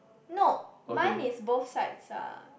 no mine is both sides ah